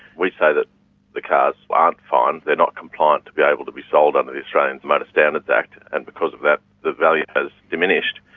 we say that the cars aren't fine, they are not compliant to be able to be sold under the australian motor standards act, and because of that the value has diminished.